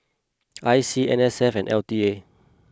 I C N S F and L T A